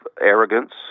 arrogance